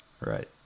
right